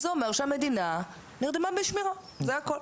זה אומר שהמדינה נרדמה בשמירה זה הכול.